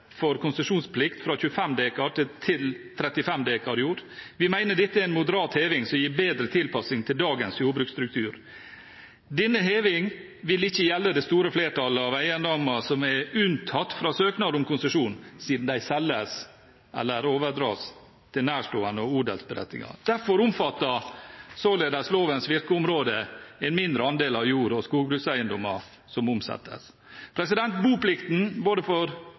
for konsesjonsplikt fra 25 dekar til 35 dekar jord. Vi mener dette er en moderat heving, som gir bedre tilpasning til dagens jordbruksstruktur. Denne hevingen vil ikke gjelde det store flertall av eiendommer, som er unntatt fra søknad om konsesjon siden de selges eller overdras til nærstående og odelsberettigede. Derfor omfatter således lovens virkeområder en mindre andel av jord- og skogbrukseiendommer som omsettes. Boplikten for både